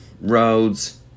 roads